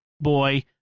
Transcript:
boy